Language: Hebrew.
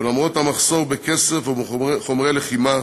ולמרות המחסור בכסף ובחומרי לחימה,